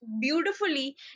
beautifully